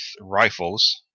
rifles